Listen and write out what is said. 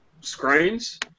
screens